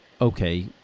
okay